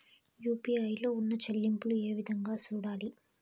UPI లో ఉన్న చెల్లింపులు ఏ విధంగా సూడాలి